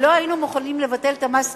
אבל לא היינו מוכנים לבטל את המס,